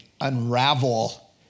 unravel